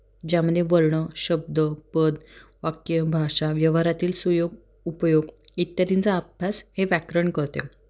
ज्यामध्ये वर्ण शब्द पद वाक्य भाषा व्यवहारातील सुयोग उपयोग इत्यादींचा अभ्यास हे व्याकरण करते